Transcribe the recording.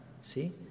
See